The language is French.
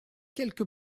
quelque